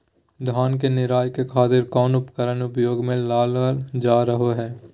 धान के निराई के खातिर कौन उपकरण उपयोग मे लावल जा सको हय?